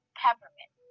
peppermint